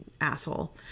asshole